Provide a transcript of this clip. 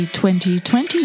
2020